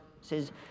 says